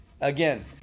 Again